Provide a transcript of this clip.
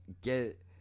get